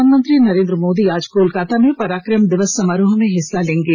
प्रधानमंत्री नरेन्द्र मोदी आज कोलकाता में पराक्रम दिवस समारोह में हिस्सा लेंगे